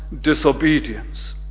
disobedience